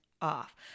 off